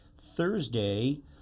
Thursday